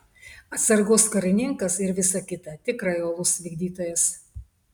atsargos karininkas ir visa kita tikrai uolus vykdytojas